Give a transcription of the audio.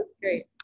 great